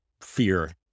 fear